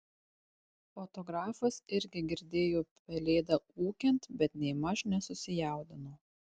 fotografas irgi girdėjo pelėdą ūkiant bet nėmaž nesusijaudino